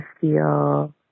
feel